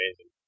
amazing